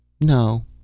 No